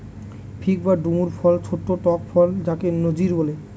fig বা ডুমুর ফল ছোট্ট টক ফল যাকে নজির বলে